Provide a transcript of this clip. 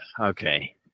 Okay